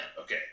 okay